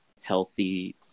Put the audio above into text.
healthy